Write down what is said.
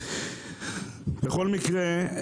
בכל מקרה,